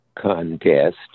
contest